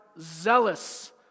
zealous